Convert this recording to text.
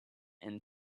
and